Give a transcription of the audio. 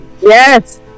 Yes